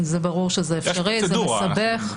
אבל זה מסבך את המצב.